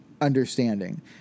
understanding